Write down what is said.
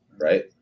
Right